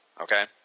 Okay